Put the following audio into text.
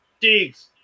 Diggs